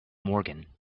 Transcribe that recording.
morgan